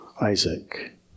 Isaac